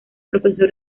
profesor